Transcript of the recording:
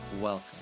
Welcome